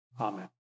Amen